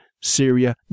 Syria